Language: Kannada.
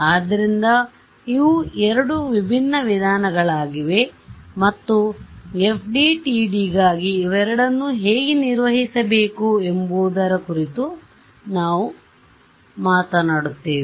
ಆದ್ದರಿಂದ ಇವು ಎರಡು ವಿಭಿನ್ನ ವಿಧಾನಗಳಾಗಿವೆ ಮತ್ತು FDTD ಗಾಗಿ ಇವೆರಡನ್ನೂ ಹೇಗೆ ನಿರ್ವಹಿಸಬೇಕು ಎಂಬುದರ ಕುರಿತು ನಾವು ಮಾತನಾಡುತ್ತೇವೆ